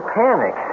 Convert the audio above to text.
panic